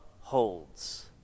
holds